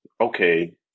okay